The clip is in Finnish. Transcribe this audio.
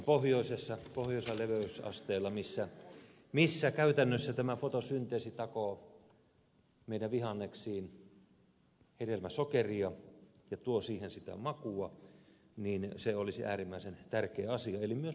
pohjoisessa pohjoisilla leveysasteilla missä käytännössä tämä fotosynteesi takoo meidän vihanneksiimme hedelmäsokeria ja tuo siihen sitä makua se olisi äärimmäisen tärkeä asia myös noteerata